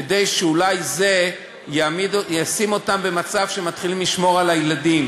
כדי שאולי זה ישים אותם במצב שהם מתחילים לשמור על הילדים.